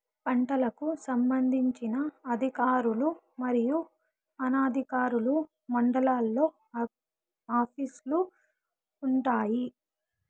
పంటలకు సంబంధించిన అధికారులు మరియు అనధికారులు మండలాల్లో ఆఫీస్ లు వుంటాయి?